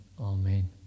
Amen